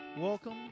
Welcome